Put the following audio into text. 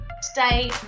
Stay